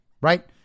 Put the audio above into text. Right